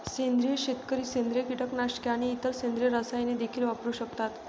सेंद्रिय शेतकरी सेंद्रिय कीटकनाशके आणि इतर सेंद्रिय रसायने देखील वापरू शकतात